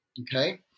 okay